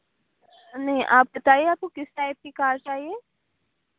نہیں آپ بتائیے آپ کو کس ٹائپ کی کار چاہیے